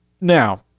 Now